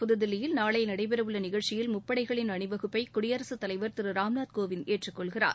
புதுதில்லியில் நாளை நடைபெறவுள்ள நிகழ்ச்சியில் முப்படைகளின் அணிவகுப்பை குடியரசுத் தலைவர் திரு ராம்நாத் கோவிந்த் ஏற்றுக் கொள்கிறார்